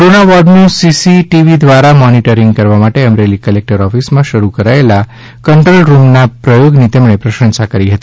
corona વોર્ડનું CCTV દ્વારા monitoring કરવા માટે અમરેલી કલેક્ટર ઓફિસ માં શરૂ કરાયેલા કંટ્રોલરૃમ ના પ્રયોગ ની તેમણે પ્રશંસા કરી હતી